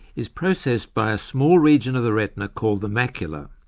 is processed by a small region of the retina called the macula,